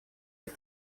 эти